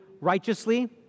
righteously